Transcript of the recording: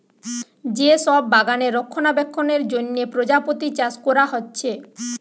যে সব বাগানে রক্ষণাবেক্ষণের জন্যে প্রজাপতি চাষ কোরা হচ্ছে